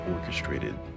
orchestrated